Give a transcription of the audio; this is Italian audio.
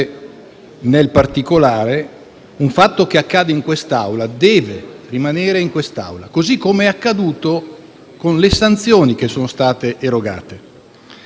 nel particolare, un fatto che accade in quest'Aula deve rimanere in quest'Aula, così come è accaduto con le sanzioni che sono state erogate.